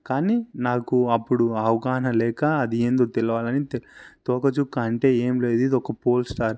కానీ నాకు అప్పుడు అవగాహన లేక అది ఏంటో తెలియాలని తోకచుక్క అంటే ఏం లేదు ఇది ఒక పోల్స్టార్